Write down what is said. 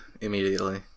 immediately